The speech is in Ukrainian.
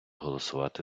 голосувати